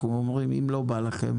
אנחנו אומרים שאם לא בא לכם,